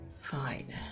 fine